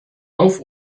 auf